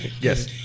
Yes